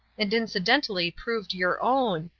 and incidentally proved your own.